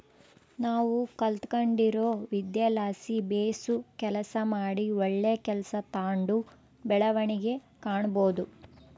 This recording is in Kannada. ನಾವು ಕಲಿತ್ಗಂಡಿರೊ ವಿದ್ಯೆಲಾಸಿ ಬೇಸು ಕೆಲಸ ಮಾಡಿ ಒಳ್ಳೆ ಕೆಲ್ಸ ತಾಂಡು ಬೆಳವಣಿಗೆ ಕಾಣಬೋದು